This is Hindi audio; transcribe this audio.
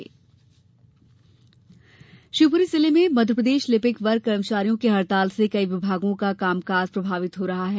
हड़ताल शिवपुरी जिले में मप्र लिपिक वर्ग कर्मचारियों की हड़ताल से कई विभागों का कामकाज प्रभावित हो रहा है